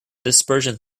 dispersion